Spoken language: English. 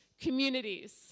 communities